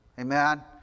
Amen